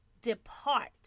Depart